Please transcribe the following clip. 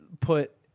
put